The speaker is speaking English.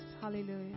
Hallelujah